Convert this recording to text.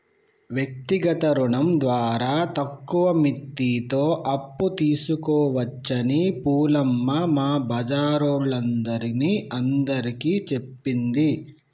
వ్యక్తిగత రుణం ద్వారా తక్కువ మిత్తితో అప్పు తీసుకోవచ్చని పూలమ్మ మా బజారోల్లందరిని అందరికీ చెప్పింది